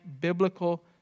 biblical